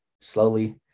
slowly